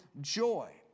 joy